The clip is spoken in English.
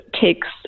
takes